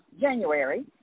January